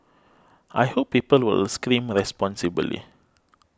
I hope people will scream responsibly